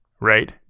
right